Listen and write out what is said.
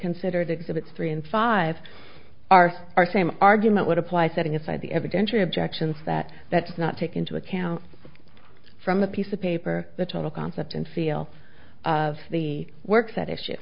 considered exhibits three and five are are same argument would apply setting aside the evidentiary objections that that's not take into account from a piece of paper the total concept and feel of the works at issue